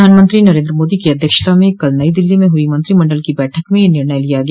प्रधानमंत्री नरेन्द्र मोदी की अध्यक्षता में कल नई दिल्ली में हुई मंत्रिमंडल की बैठक में यह निर्णय लिया गया